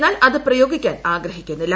എന്നാൽ അത് പ്രയോഗിക്കാൻ ആഗ്രഹിക്കുന്നില്ല